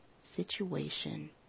situation